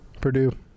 Purdue